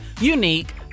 unique